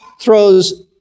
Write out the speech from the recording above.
throws